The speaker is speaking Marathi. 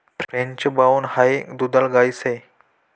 फ्रेंच ब्राउन हाई दुधाळ गाय शे